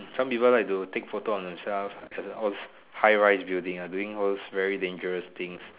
some people like to take photos of themselves at of in high-rise building doing all those dangerous thing